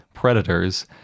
predators